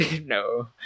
No